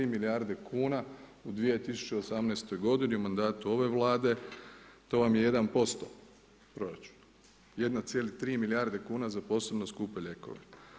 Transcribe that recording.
1,3 milijarde kuna u 2018. godini u mandatu ove Vlade, to vam je 1% proračuna, 1,3 milijarde kuna za posebno skupe lijekove.